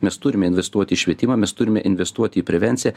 mes turime investuoti į švietimą mes turime investuoti į prevenciją